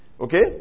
Okay